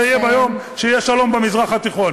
זה יהיה ביום שיהיה שלום במזרח התיכון.